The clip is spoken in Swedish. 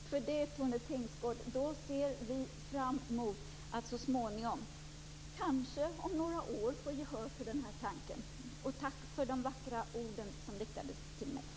Herr talman! Tack så mycket för det, Tone Tingsgård. Då ser vi fram emot att så småningom, kanske om några år, få gehör för tanken. Tack för de vackra orden som riktades till mig.